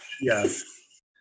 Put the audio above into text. Yes